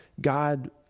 God